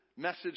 message